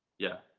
yeah.